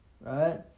right